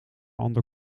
ander